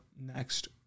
next